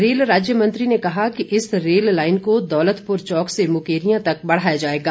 rail राज्य मंत्री ने कहा कि इस रेल लाईन को दौलतपुर चौक से मुकेरियां तक बढ़ाया जाएगा